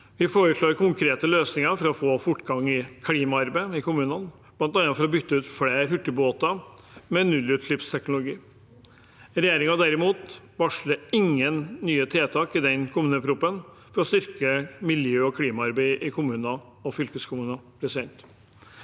Vi foreslår konkrete løsninger for å få fortgang i klimaarbeidet i kommunene, bl.a. for å bytte ut flere hurtigbåter med båter med nullutslippsteknologi. Regjeringen, derimot, varsler ingen nye tiltak i denne kommuneproposisjonen for å styrke miljø- og klimaarbeidet i kommuner og fylkeskommuner.